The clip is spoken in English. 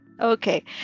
okay